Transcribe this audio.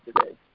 today